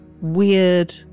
weird